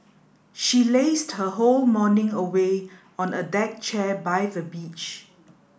she lazed her whole morning away on a deck chair by the beach